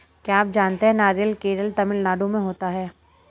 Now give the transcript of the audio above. क्या आप जानते है नारियल केरल, तमिलनाडू में होता है?